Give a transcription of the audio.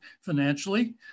financially